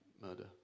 murder